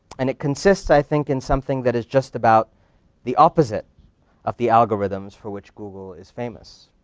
and it consists, i think, in something that is just about the opposite of the algorithms for which google is famous.